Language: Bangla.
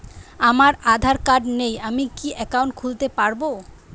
আমার আধার কার্ড নেই আমি কি একাউন্ট খুলতে পারব?